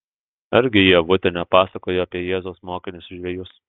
argi ievutė nepasakojo apie jėzaus mokinius žvejus